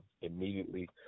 immediately